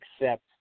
accept